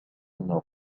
ordre